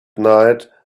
night